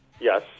Yes